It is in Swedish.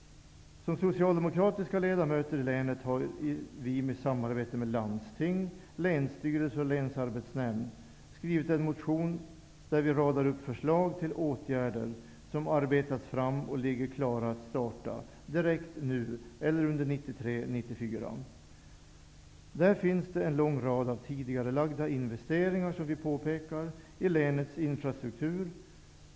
Vi socialdemokratiska ledamöter i länet har i samarbete med landstinget, länsstyrelsen och länsarbetsnämnden väckt en motion, där vi radar upp förslag till åtgärder, som har arbetats fram och är färdiga att startas direkt nu eller under 1993 och 1994. Där finns en lång rad av tidigarelagda investeringar i länets infrastruktur.